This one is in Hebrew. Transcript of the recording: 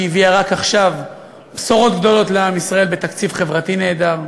שהביאה רק עכשיו בשורות גדולות לעם ישראל בתקציב חברתי נהדר,